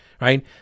right